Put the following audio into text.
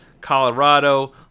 colorado